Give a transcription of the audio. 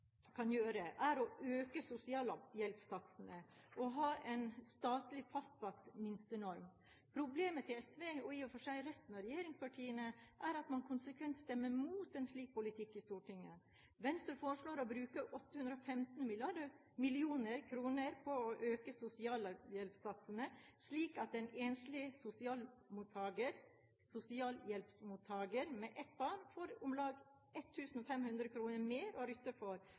er å øke sosialhjelpssatsene og å ha en statlig fastsatt minstenorm. Problemet til SV – og i og for seg til resten av regjeringspartiene – er at man konsekvent stemmer mot en slik politikk i Stortinget. Venstre foreslår å bruke 815 mill. kr på å øke sosialhjelpssatsene, slik at en enslig sosialhjelpsmottaker med ett barn får om lag 1 500 kr mer å